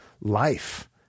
life